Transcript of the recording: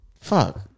Fuck